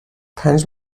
پنج